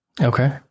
Okay